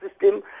system